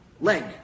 Leg